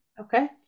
Okay